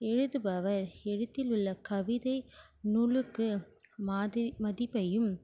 எழுதுபவர் எழுத்தில் உள்ள கவிதை நூலுக்கு மாதிரி மதிப்பையும்